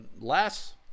less